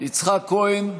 יצחק כהן,